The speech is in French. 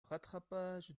rattrapage